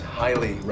highly